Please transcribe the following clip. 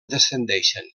descendeixen